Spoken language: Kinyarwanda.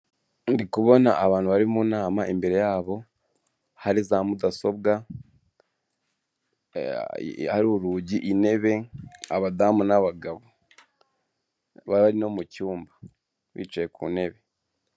Ndi kubona abantu bari mu nama imbere yabo hari za mudasobwa, hari urugi, intebe, abadamu, n'abagabo bari no mucyumba, bicaye ku ntebe.